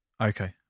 Okay